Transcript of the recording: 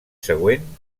següent